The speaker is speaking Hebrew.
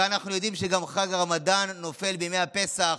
הרי אנחנו יודעים שגם חג הרמדאן נופל בימי הפסח,